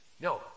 no